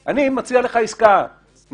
ברשותך, אני צריכה לחזור לוועדת החוץ והביטחון.